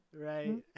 Right